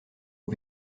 aux